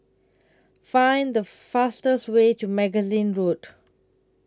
Find The fastest Way to Magazine Road